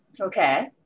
Okay